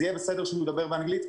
זה יהיה בסדר שהוא ידבר באנגלית?